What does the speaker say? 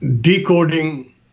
decoding